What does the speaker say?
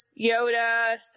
Yoda